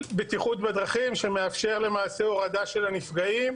בטיחות בדרכים, הורדה של הנפגעים,